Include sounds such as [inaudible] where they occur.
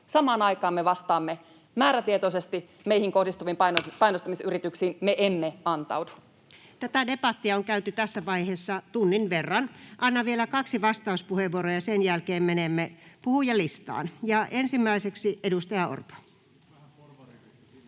Samaan aikaan me vastaamme määrätietoisesti meihin kohdistuviin [noise] painostamisyrityksiin. Me emme antaudu. Tätä debattia on käyty tässä vaiheessa tunnin verran. Annan vielä kaksi vastauspuheenvuoroa, ja sen jälkeen menemme puhujalistaan. — Ja ensimmäiseksi edustaja Orpo.